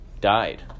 died